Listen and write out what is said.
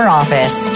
office